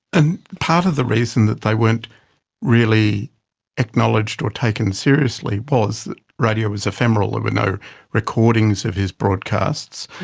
and part of the reason that they weren't really acknowledged, or taken seriously, was that radio was ephemeral, there were no recordings of his broadcasts.